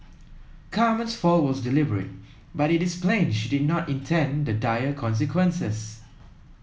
Carmen's fall was deliberate but it is plain she did not intend the dire consequences